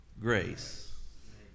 grace